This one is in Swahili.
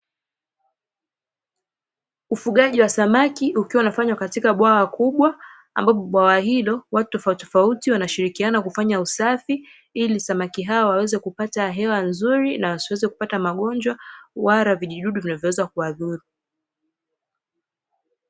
Ufugaji wa samaki ukiwa unafanywa katika bwawa kubwa, ambapo bwawa hilo watu tofautitofauti wanashirikiana kufanya usafi, ili samaki hao waweze kupata hewa nzuri, na wasiweze kupata magonjwa, wala vijidudu vinavyoweza kuwadhuru.